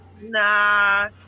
Nah